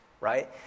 right